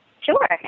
Sure